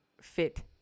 fit